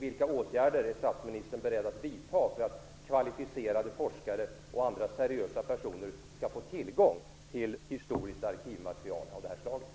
Vilka åtgärder är statsministern beredd att vidta för att kvalificerade forskare och andra seriösa personer skall få tillgång till historiskt arkivmaterial av detta slag?